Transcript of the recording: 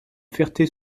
ferté